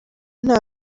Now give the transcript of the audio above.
nta